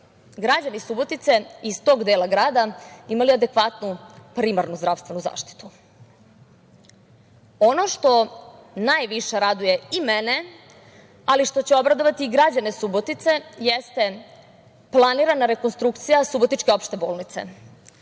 građani Subotice iz tog dela grada imali adekvatnu primarnu zdravstvenu zaštitu. Ono što najviše radiju i mene, ali što će obradovati i građane Subotice jeste planirana rekonstrukcija subotičke opšte bolnice.